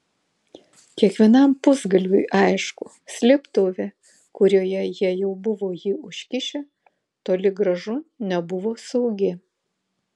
kiekvienam pusgalviui aišku slėptuvė kurioje jie jau buvo jį užkišę toli gražu nebuvo saugi